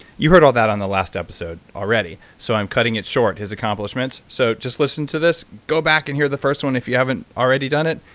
you heard all that on the last episode already, so i'm cutting it short, his accomplishments, so just listen to this. go back and hear the first one if you haven't already done it.